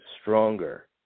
stronger